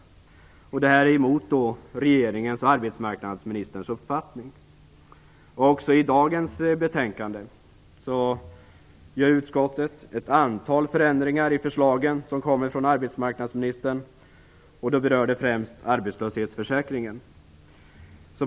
Det är mot regeringens och arbetsmarknadsministerns uppfattning. Också i dagens betänkande gör utskottet ett antal förändringar i de förslag som kommer från arbetsmarknadsministern, och det rör främst arbetslöshetsförsäkringen.